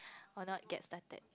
or not get started